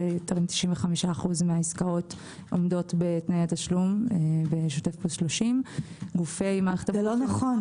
ש-95% מהעסקאות עומדות בתנאי התשלום בשוטף פלוס 30. זה לא נכון.